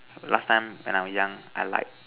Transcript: last time when I was young I lied